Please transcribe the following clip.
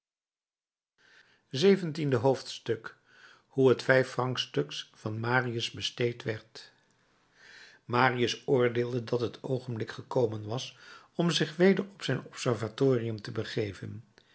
zeventiende hoofdstuk hoe het vijffrancstuk van marius besteed werd marius oordeelde dat het oogenblik gekomen was om zich weder op zijn observatorium te begeven